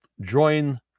join